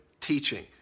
teaching